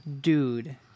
Dude